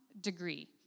degree